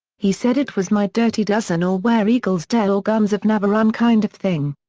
he said it was my dirty dozen or where eagles dare or guns of navarone kind of thing.